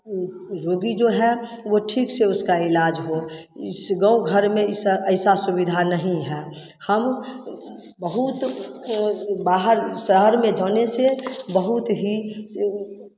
रोगी जो है वो ठीक से उसका इलाज हो इस गाँव घर में इसा ऐसा सुविधा नहीं है हम बहुत बाहर शहर में जाने से बहुत ही